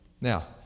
Now